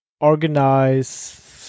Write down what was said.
organize